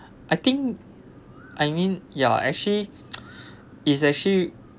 I think I mean ya actually it's actually